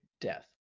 death